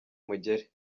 umugeri